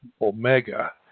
omega